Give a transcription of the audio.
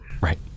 right